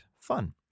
Fun